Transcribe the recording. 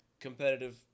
Competitive